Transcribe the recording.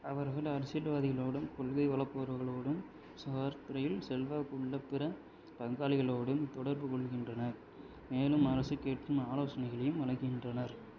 அவர்கள் அரசியல்வாதிகளோடும் கொள்கை வளப்பவர்களோடும் சுகாதாரத் துறையில் செல்வாக்கு உள்ள பிற பங்காளிகளோடும் தொடர்பு கொள்கின்றனர் மேலும் அரசு கேட்கும் ஆலோசனைகளையும் வழங்குகின்றனர்